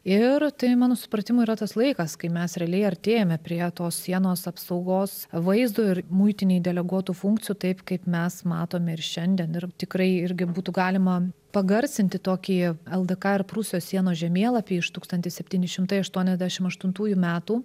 ir tai mano supratimu yra tas laikas kai mes realiai artėjame prie tos sienos apsaugos vaizdo ir muitinei deleguotų funkcijų taip kaip mes matome ir šiandien ir tikrai irgi būtų galima pagarsinti tokį ldk ir prūsijos sienos žemėlapį iš tūkstantis septyni šimtai aštuoniasdešimt aštuntųjų metų